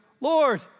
Lord